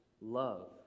love